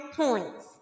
points